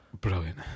Brilliant